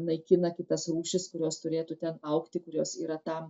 naikina kitas rūšis kurios turėtų ten augti kurios yra tam